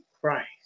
Christ